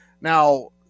now